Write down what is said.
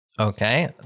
Okay